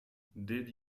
did